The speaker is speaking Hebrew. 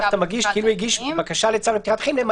את המגיש כאילו הגיש בקשה לצו לפתיחת הליכים,